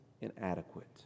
inadequate